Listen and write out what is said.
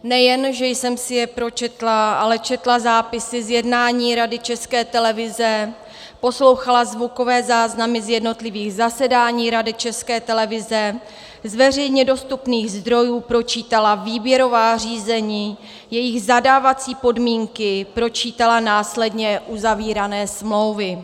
Nejen že jsem si je pročetla, ale četla zápisy z jednání Rady České televize, poslouchala zvukové záznamy z jednotlivých zasedání Rady České televize, z veřejně dostupných zdrojů pročítala výběrová řízení, jejich zadávací podmínky, pročítala následně uzavírané smlouvy.